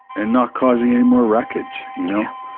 and not causing any more wreckage, you know?